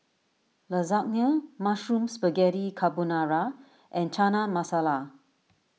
Lasagne Mushroom Spaghetti Carbonara and Chana Masala